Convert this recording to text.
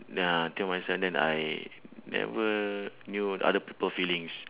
ya think of myself then I never knew other people feelings